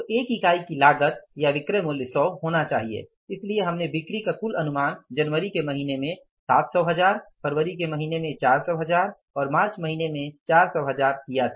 तो एक इकाई की लागत या विक्रय मूल्य 100 होना चाहिए इसलिए हमने बिक्री का कुल अनुमान जनवरी के महीने में 700 हजार फरवरी के महीने में 400 हजार और मार्च महीने में 400 हजार किया था